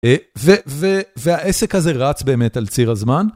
והעסק הזה רץ באמת על ציר הזמן.